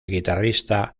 guitarrista